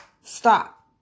stop